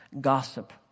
gossip